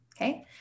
Okay